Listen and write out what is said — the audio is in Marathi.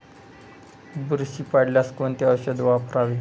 बुरशी पडल्यास कोणते औषध वापरावे?